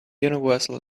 universal